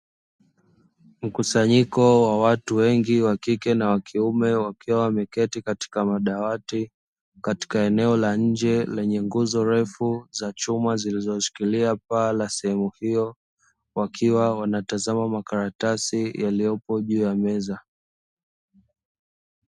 Mkusanyiko wa watu wengi wa kike na wa kiume wakiwa wameketi katika madawati, katika eneo la nje lenye nguzo refu za chuma zilizoshikilia paa la sehemu hiyo; wakiwa wanatazama makaratasi yaliyopo juu ya meza.